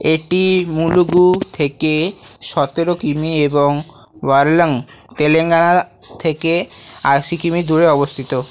এটি মুলুগু থেকে সতেরো কিমি এবং ওয়ারলং তেলেঙ্গানা থেকে আশি কিমি দূরে অবস্থিত